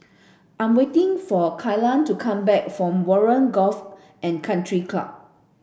I'm waiting for Kellan to come back from Warren Golf and Country Club